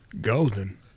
Golden